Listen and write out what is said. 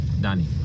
Danny